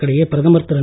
இதற்கிடையே பிரதமர் திரு